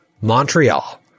Montreal